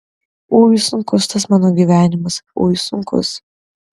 ui sunkus tas mano gyvenimas ui sunkus